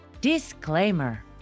disclaimer